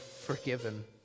forgiven